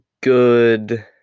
good